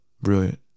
brilliant